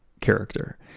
character